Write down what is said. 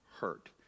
hurt